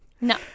No